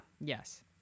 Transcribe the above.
yes